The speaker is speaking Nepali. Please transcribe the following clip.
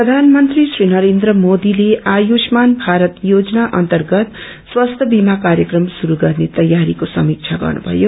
प्रधानमन्त्री श्री नरेन्द्र मोदीले आयुस्मान भारत योजना अन्तरगत स्वास्थ्य बीमा कार्यक्रम शुरू गर्ने तयारिको समिक्षा गर्नुभयो